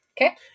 Okay